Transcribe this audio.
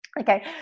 Okay